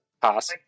Pass